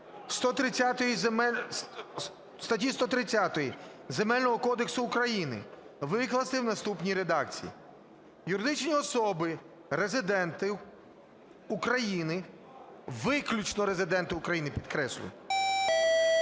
статті 130 Земельного кодексу України викласти в наступній редакції: "Юридичні особи, резиденти України – виключно резиденти України, підкреслюю